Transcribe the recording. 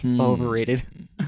Overrated